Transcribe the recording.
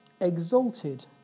exalted